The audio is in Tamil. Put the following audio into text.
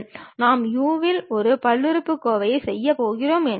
இதையும் நாம் சாய்ந்த துணை தளம் என்றே அழைக்கிறோம்